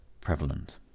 prevalent